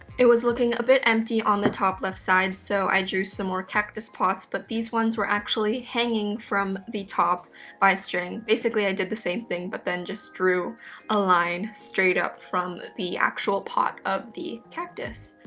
it was looking a bit empty on the top left side, so i drew some more cactus pots, but these ones were actually hanging from the top by a string. basically i did the same thing, but then just drew a line straight up from the actual pot of the cactus.